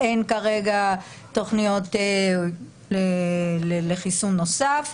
אין כרגע תכניות לחיסון נוסף,